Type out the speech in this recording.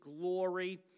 glory